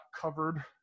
covered